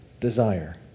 desire